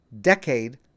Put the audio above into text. decade